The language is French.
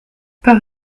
par